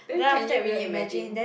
then can you really imagine